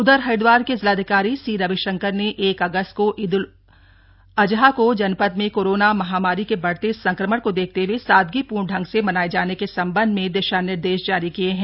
उधर हरिद्वार के जिलाधिकारी सी रविशंकर ने एक अगस्त को ईद उल अजहा को जनपद में कोरोना महामारी के बढ़ते संक्रमण को देखते हुए सादगीपूर्ण ढंग से मनाये जाने के सम्बन्ध में दिशा निर्देश जारी किये हैं